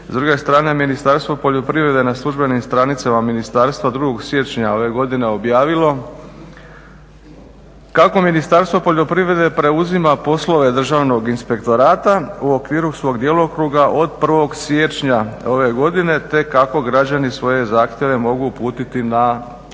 S druge strane Ministarstvo poljoprivrede na službenim stranicama ministarstva 2. siječnja ove godine objavilo kako Ministarstvo poljoprivrede preuzima poslove državnog inspektorata u okviru svog djelokruga od 1.siječnja ove godine te kako građani svoje zahtjeve mogu uputiti na